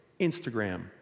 Instagram